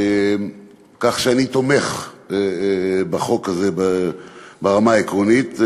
כך שאני תומך בחוק הזה ברמה העקרונית.